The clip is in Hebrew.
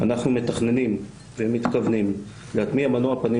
אנחנו מתכננים ומתכוונים להטמיע מנוע פנים